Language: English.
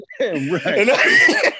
Right